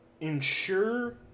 ensure